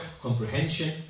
comprehension